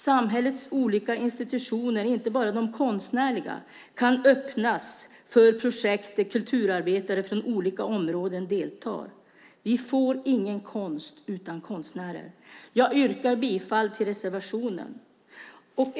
Samhällets olika institutioner, inte bara de konstnärliga, kan öppnas för projekt där kulturarbetare från olika områden deltar. Vi får ingen konst utan konstnärer. Jag yrkar bifall till reservationen.